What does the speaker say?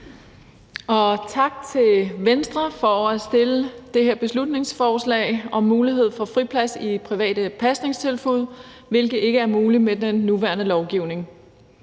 tak til Venstre for at fremsætte det her beslutningsforslag om mulighed for friplads i private pasningstilbud, hvilket ikke er muligt med den nuværende lovgivning.